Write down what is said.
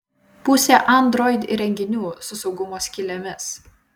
pusė android įrenginių su saugumo skylėmis